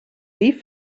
dir